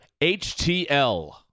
HTL